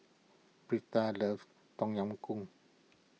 Brinda loves Tom Yam Goong